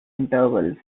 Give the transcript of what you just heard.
intervals